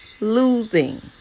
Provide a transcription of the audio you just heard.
losing